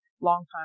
longtime